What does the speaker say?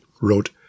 wrote